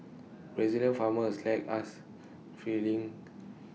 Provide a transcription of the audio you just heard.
Brazilian farmers lack us feeling